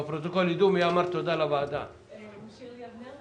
בבקשה, שירלי אבנר.